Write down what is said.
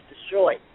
destroyed